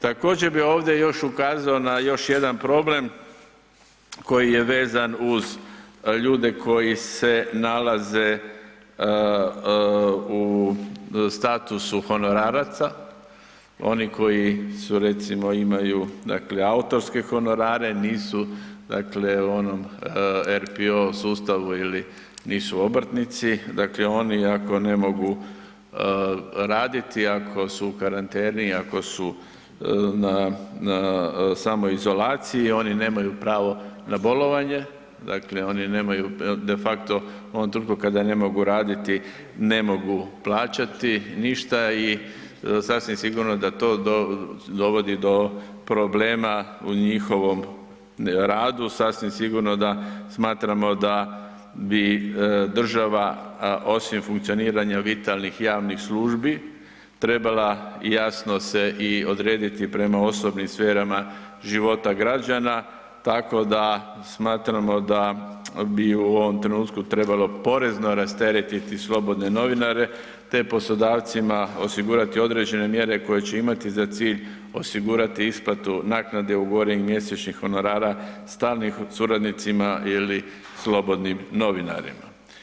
Također bi ovdje još ukazao na još jedan problem koji je vezan uz ljude koji se nalaze u statusu honoraraca, oni koji su recimo, imaju, dakle autorske honorare, nisu, dakle u onom RPO sustavu ili nisu obrtnici, dakle oni ako ne mogu raditi, ako su u karanteni, ako su na, na samoizolaciji, oni nemaju pravo na bolovanje, dakle oni nemaju defakto u onom trenutku kada ne mogu raditi, ne mogu plaćati ništa i sasvim sigurno da to dovodi do problema u njihovom radu, sasvim sigurno da smatramo da bi država osim funkcioniranja vitalnih i javnih službi, trebala jasno se i odrediti prema osobnim sferama života građana, tako da smatramo da bi u ovom trenutku trebalo porezno rasteretiti slobodne novinare, te poslodavcima osigurati određene mjere koje će imati za cilj osigurati isplatu naknade ugovorenih mjesečnih honorara stalnim suradnicima ili slobodnim novinarima.